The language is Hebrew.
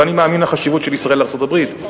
ואני מאמין בחשיבות של ישראל לארצות-הברית,